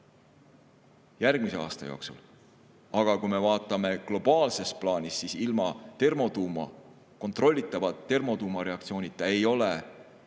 järgmise aasta jooksul, aga kui me vaatame globaalses plaanis, siis ilma kontrollitava termotuumareaktsioonita ei ole